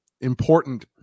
important